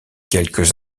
quelques